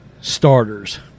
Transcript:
starters